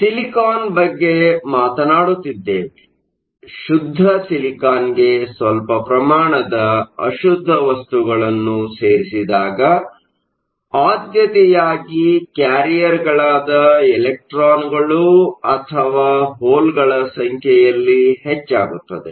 ನಾವು ಸಿಲಿಕಾನ್ ಬಗ್ಗೆ ಮಾತಾನಾಡುತ್ತಿದ್ದೇವೆ ಶುದ್ಧ ಸಿಲಿಕಾನ್ಗೆ ಸ್ವಲ್ಪ ಪ್ರಮಾಣದ ಅಶುದ್ಧ ವಸ್ತುಗಳನ್ನು ಸೇರಿಸಿದಾಗ ಆದ್ಯತೆಯಾಗಿ ಕ್ಯಾರಿಯರ್ಗಳಾದ ಎಲೆಕ್ಟ್ರಾನ್ಗಳು ಅಥವಾ ಹೋಲ್ಗಳ ಸಂಖ್ಯೆಯಲ್ಲಿ ಹೆಚ್ಚಾಗುತ್ತದೆ